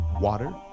Water